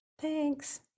Thanks